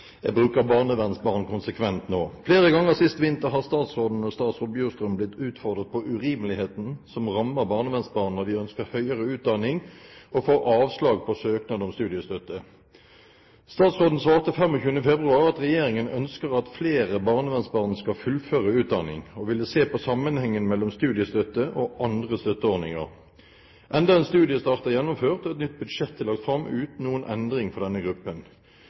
konsekvent nå. Spørsmålet lyder: «Flere ganger sist vinter har statsråden og statsråd Bjurstrøm blitt utfordret på urimeligheten som rammer barnehjemsbarn når de ønsker høyere utdanning og får avslag på søknad om studiestøtte. Statsråden svarte 25. februar at regjeringen ønsker at flere barnevernsbarn skal fullføre utdanning og ville se på sammenhengen mellom studiestøtte og andre støtteordninger. Enda en studiestart er gjennomført og et nytt budsjett er lagt frem uten noen endring for denne gruppen.